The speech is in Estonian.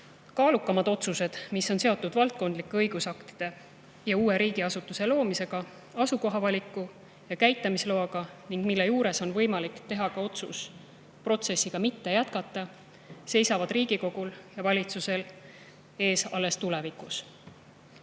Kaalukamad otsused, mis on seotud valdkondlike õigusaktide ja uue riigiasutuse loomisega, asukohavaliku ja käitamisloaga ning mille käigus on võimalik teha ka otsus protsessi mitte jätkata, seisavad Riigikogul ja valitsusel ees alles tulevikus.